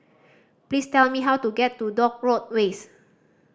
please tell me how to get to Dock Road West